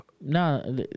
No